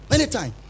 Anytime